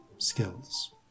skills